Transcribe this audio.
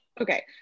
Okay